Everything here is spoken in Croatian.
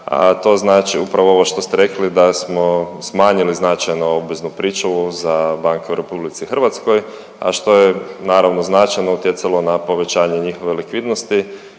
to znači upravo ovo što ste rekli da smo smanjili značajno obveznu pričuvu za banke u Republici Hrvatskoj, a što je naravno značajno utjecalo na povećanje njihove likvidnosti.